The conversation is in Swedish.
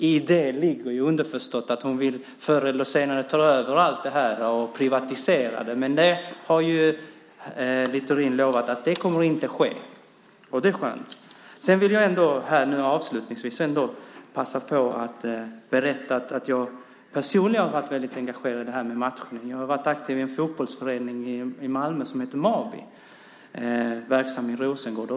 I det ligger underförstått att hon förr eller senare vill ta över allt detta och privatisera det, men Littorin har ju lovat att det inte ska ske. Det är skönt. Jag vill ändå avslutningsvis passa på att berätta att jag personligen har varit väldigt engagerad i det här med matchning. Jag har varit aktiv i en fotbollsförening i Malmö som heter Mabi och som är aktiv i Rosengård.